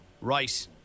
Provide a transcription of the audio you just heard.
Right